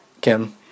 Kim